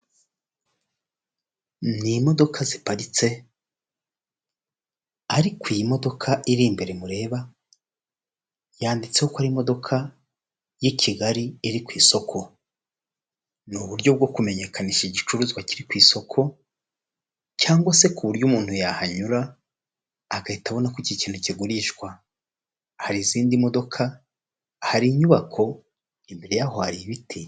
Ni imodoka ziparitse, ariko iyi modoka iri imbere mureba, yanditseho ko ari imodoka y'i Kigali iri ku isoko. Ni uburyo bwo kumenyekanasha igicuruzwa kiri ku isoko, cyangwa se ku buryo umuntu yahanyura agahita abona ko iki kintu kigurishwa, hari izindi modoka hari inyubako, imbere yaho hari ibiti.